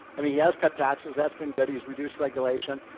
i mean, he has cut taxes. that's been good. he's reduced regulation.